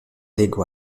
league